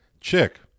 Chick